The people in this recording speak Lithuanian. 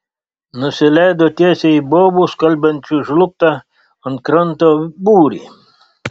nusileido tiesiai į bobų skalbiančių žlugtą ant kranto būrį